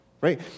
right